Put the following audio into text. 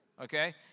Okay